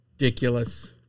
Ridiculous